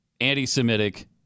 anti-Semitic